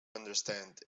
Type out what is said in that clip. understand